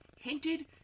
hinted